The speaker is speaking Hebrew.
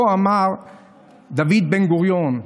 כה אמר דוד בן-גוריון.